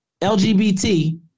LGBT